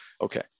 Okay